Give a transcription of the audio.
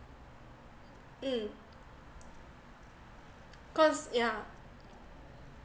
mm cause yeah